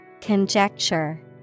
Conjecture